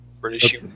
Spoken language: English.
British